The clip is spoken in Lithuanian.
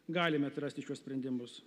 galime atrasti šiuos sprendimus